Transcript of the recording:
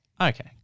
Okay